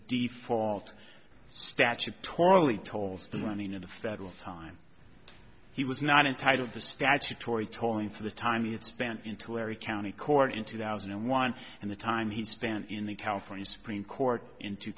de fault statutorily tolls the running of the federal time he was not entitled to statutory tolling for the time it's spent in to larry county court in two thousand and one and the time he spent in the california supreme court in two